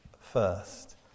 first